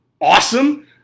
awesome